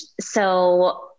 so-